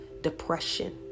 depression